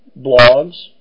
blogs